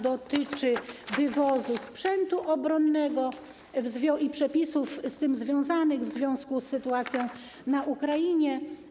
Dotyczy ona wywozu sprzętu obronnego i przepisów z tym związanych w związku z sytuacją w Ukrainie.